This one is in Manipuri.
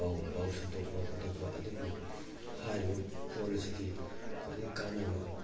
ꯄꯥꯎ ꯁꯟꯇꯣꯛꯄ ꯈꯣꯇꯣꯛꯄ ꯑꯗꯨꯕꯨ ꯍꯥꯏꯔꯤꯕ ꯐꯣꯟ ꯑꯁꯤꯗꯤ ꯈ꯭ꯋꯥꯏꯗꯒꯤ ꯀꯥꯟꯅꯕ